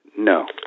No